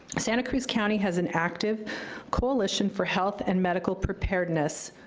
santa cruz county has an active coalition for health and medical preparedness,